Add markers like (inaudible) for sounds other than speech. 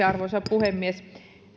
(unintelligible) arvoisa puhemies